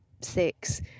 six